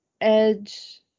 Edge